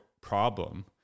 problem